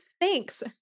Thanks